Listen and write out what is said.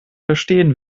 verstehen